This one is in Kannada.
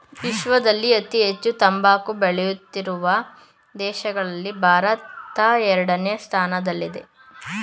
ವಿಶ್ವದಲ್ಲಿ ಅತಿ ಹೆಚ್ಚು ತಂಬಾಕು ಬೆಳೆಯುತ್ತಿರುವ ದೇಶಗಳಲ್ಲಿ ಭಾರತ ಎರಡನೇ ಸ್ಥಾನದಲ್ಲಿದೆ